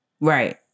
Right